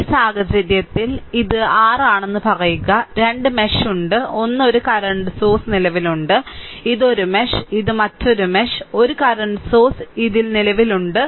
ഈ സാഹചര്യത്തിൽ ഇത് r ആണെന്ന് പറയുക 2 മെഷ് ഉണ്ട് 1 ഒരു കറന്റ് സോഴ്സ് നിലവിലുണ്ട് ഇത് 1 മെഷ് ഇത് മറ്റൊരു മെഷ് 1 കറന്റ് സോഴ്സ് ഇതിൽ നിലവിലുണ്ട്